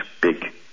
big